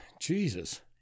Jesus